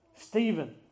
Stephen